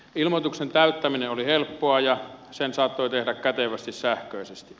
ilmoituksen täyttäminen oli helppoa ja sen saattoi tehdä kätevästi sähköisesti